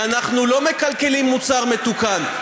ואנחנו לא מקלקלים מוצר מתוקן,